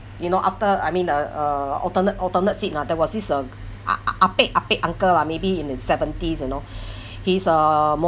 you know upper I mean uh uh alternate alternate seat ah there was this uh a~ a~ ah pek ah pek uncle lah maybe in his seventies you know he's uh